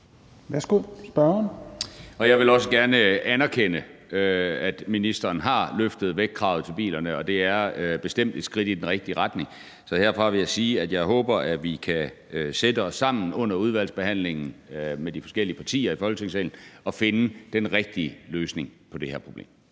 Jeg vil også gerne anerkende, at ministeren har løftet vægtkravet til bilerne, og det er bestemt et skridt i den rigtige retning. Så herfra vil jeg sige, at jeg håber, at vi, de forskellige partier i Folketinget, kan sætte os sammen under udvalgsbehandlingen og finde den rigtige løsning på det her problem.